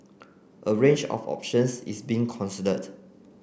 a range of options is being considered